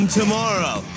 tomorrow